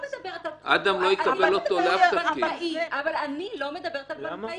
אדם לא יקבל אותו לשום תפקיד --- אני לא מדברת על בנקאי,